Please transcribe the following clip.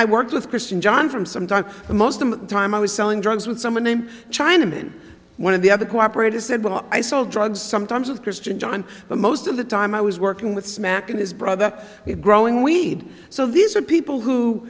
i work with christian john from some time a muslim time i was selling drugs with someone named chinaman one of the other cooperated said well i sold drugs sometimes with christian john but most of the time i was working with smacking his brother growing we'd so these are people who